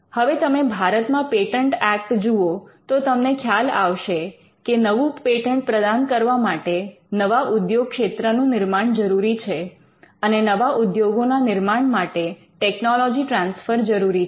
હવે તમે ભારત માં પેટન્ટ ઍક્ટ જુઓ તો તમને ખ્યાલ આવશે કે નવું પેટન્ટ પ્રદાન કરવા માટે નવા ઉદ્યોગક્ષેત્ર નું નિર્માણ જરૂરી છે અને નવા ઉદ્યોગોના નિર્માણ માટે ટેકનોલોજી ટ્રાન્સફર જરૂરી છે